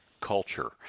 culture